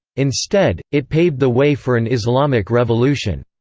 instead, it paved the way for an islamic revolution.